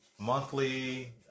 monthly